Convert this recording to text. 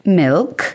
milk